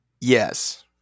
Yes